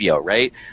right